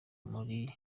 muri